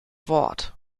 wort